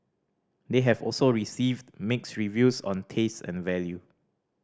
they have also received mixed reviews on taste and value